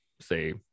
say